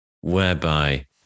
whereby